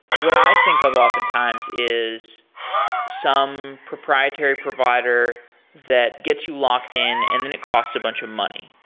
what i think of oftentimes is some proprietary provider that gets you locked in and then it costs a bunch of money.